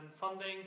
funding